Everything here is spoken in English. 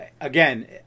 again